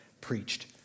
preached